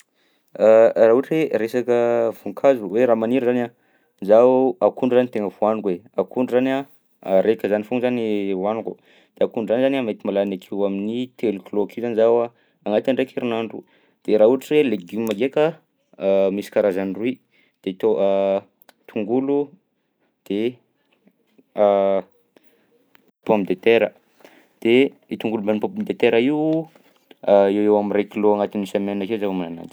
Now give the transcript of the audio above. Raha ohatra hoe resaka voankazo hoe raha magniry zany a, izaho akondro zany tegna fohaniko e. Akondro zany araika zany foagna zany hohaniko, de akondro zany zany a mety mahalany akeo amin'ny telo kilao akeo zany zaho a agnatin'ny raika herignandro. De raha ohatra hoe legioma ndraika misy karazany roy: de tô- tongolo de pomme de terra, de io tongolo mbam'pomme terra io eo ho eo am'ray kilao agnatin'ny semaine akeo zaho homana ananjy.